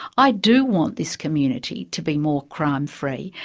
i do want this community to be more crime-free,